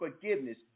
forgiveness